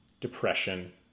depression